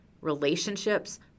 relationships